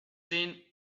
seen